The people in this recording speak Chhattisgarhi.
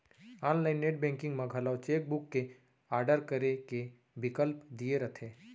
आनलाइन नेट बेंकिंग म घलौ चेक बुक के आडर करे के बिकल्प दिये रथे